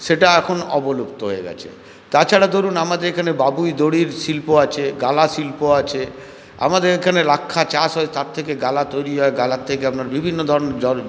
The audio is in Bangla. সেটা এখন অবলুপ্ত হয়ে গেছে তাছাড়া ধরুন আমাদের এখানে বাবুই দড়ির শিল্প আছে গালা শিল্প আছে আমাদের এখানে রাক্ষা চাষ হয় তার থেকে গালা তৈরি হয় গালা থেকে আপনার বিভিন্ন ধরনের